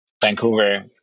Vancouver